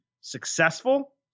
successful